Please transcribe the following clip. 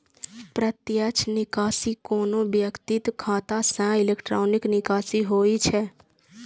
प्रत्यक्ष निकासी कोनो व्यक्तिक खाता सं इलेक्ट्रॉनिक निकासी होइ छै